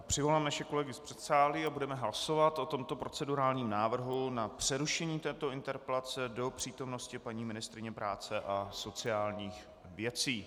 Přivolám naše kolegy z předsálí a budeme hlasovat o tomto procedurálním návrhu na přerušení této interpelace do přítomnosti paní ministryně práce a sociálních věcí.